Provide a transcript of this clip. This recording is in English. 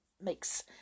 makes